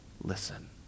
listen